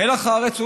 מלח הארץ.